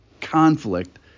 conflict